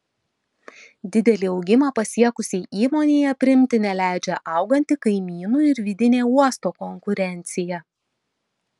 didelį augimą pasiekusiai įmonei aprimti neleidžia auganti kaimynų ir vidinė uosto konkurencija